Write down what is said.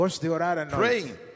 Praying